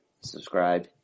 subscribe